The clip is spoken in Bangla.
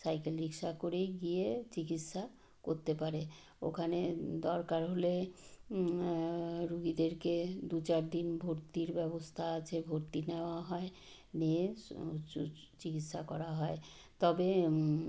সাইকেল রিক্সা করেই গিয়ে চিকিৎসা করতে পারে ওখানে দরকার হলে রোগীদেরকে দু চারদিন ভর্তির ব্যবস্থা আছে ভর্তি নেওয়া হয় দিয়ে চিকিৎসা করা হয় তবে